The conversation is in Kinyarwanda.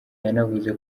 yanavuze